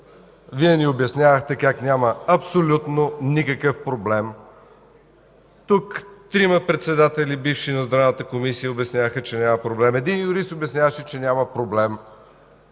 Вие ни обяснявахте как няма абсолютно никакъв проблем. Тук трима бивши председатели на Здравната комисия обясняваха, че няма проблем. Един юрист обясняваше, че няма проблем.